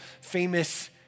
famous